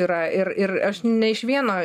yra ir ir aš ne iš vieno